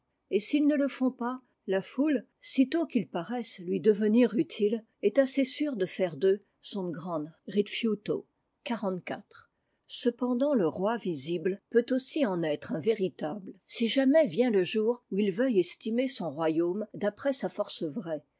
et s'ils ne le font pas la foule sitôt qu'ils paraissent lui devenir utiles est assez sûre de faire d'eux son gran rifiuto cependant le roi visible peut aussi en être un véritable si jamais vient le jour où il veuille estimer son royaume d'après sa force vraie